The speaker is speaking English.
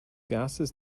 gases